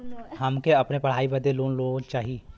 हमके अपने पढ़ाई बदे लोन लो चाही?